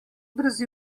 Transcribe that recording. brez